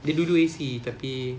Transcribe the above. dia dulu A_C tapi